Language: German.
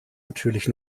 natürlich